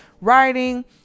writing